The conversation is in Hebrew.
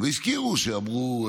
והזכירו שאמרו,